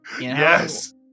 Yes